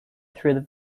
through